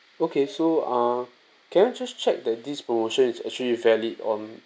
okay so uh can I just check that this promotion is actually valid on